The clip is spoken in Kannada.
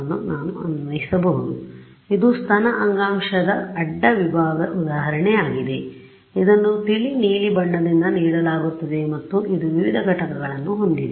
ವನ್ನು ನಾನು ಅನ್ವಯಿಸಬಹುದು ಆದ್ದರಿಂದ ಇದು ಸ್ತನ ಅಂಗಾಂಶದ ಅಡ್ಡ ವಿಭಾಗದ ಉದಾಹರಣೆಯಾಗಿದೆ ಇದನ್ನು ತಿಳಿ ನೀಲಿ ಬಣ್ಣದಿಂದ ನೀಡಲಾಗುತ್ತದೆ ಮತ್ತು ಇದು ವಿವಿಧ ಘಟಕಗಳನ್ನು ಹೊಂದಿದೆ